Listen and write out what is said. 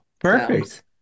perfect